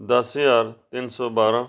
ਦਸ ਹਜ਼ਾਰ ਤਿੰਨ ਸੌ ਬਾਰਾਂ